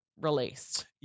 released